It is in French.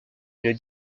une